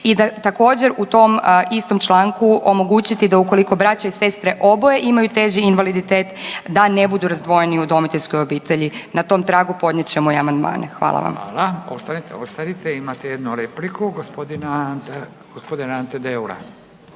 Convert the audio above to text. I da također u tom istom članku omogućiti da ukoliko braća i sestre oboje imaju teži invaliditet da ne budu razdvojeni u udomiteljskoj obitelji. Na tom tragu podnijet ćemo i amandmane. Hvala vam. **Radin, Furio (Nezavisni)**